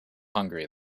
hungry